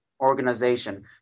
organization